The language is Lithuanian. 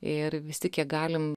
ir visi kiek galim